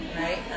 right